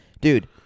Dude